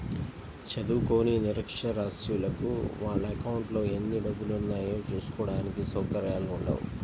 చదువుకోని నిరక్షరాస్యులకు వాళ్ళ అకౌంట్లలో ఎన్ని డబ్బులున్నాయో చూసుకోడానికి సౌకర్యాలు ఉండవు